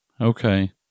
Okay